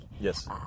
yes